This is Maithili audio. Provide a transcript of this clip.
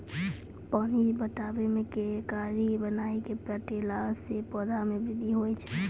पानी पटाबै मे कियारी बनाय कै पठैला से पौधा मे बृद्धि होय छै?